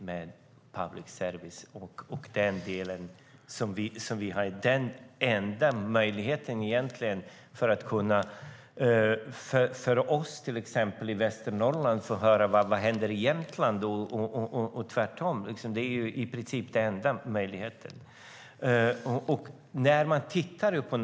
Det är i princip vår enda möjlighet i Västernorrland att få höra vad som händer i Jämtland och tvärtom. Fru talman!